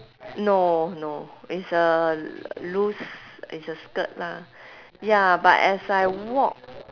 no no it's a loose it's a skirt lah ya but as I walk